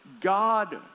God